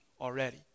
already